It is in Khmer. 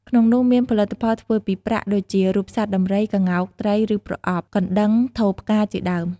ក្នុងនោះមាន ផលិតផលធ្វើពីប្រាក់ ដូចជា រូបសត្វដំរី ក្ងោក ត្រី ឬប្រអប់ កណ្ដឹង ថូផ្កា ជាដើម។